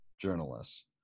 journalists